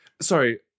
Sorry